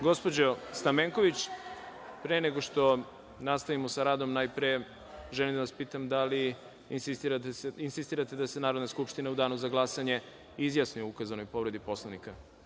Gospođo Stamenković, pre nego što nastavimo sa radom, najpre želim da vas pitam da li insistirate da se Narodna skupština u Danu za glasanje izjasni o ukazanoj povredi Poslovnika?